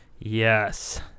Yes